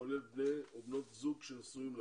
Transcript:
כולל בני ובנות זוג שנשואים להם,